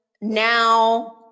Now